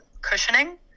cushioning